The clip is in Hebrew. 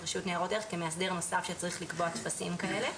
רשות ניירות ערך כמאסדר נוסף שצריך לקבוע טפסים כאלה.